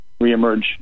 reemerge